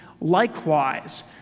Likewise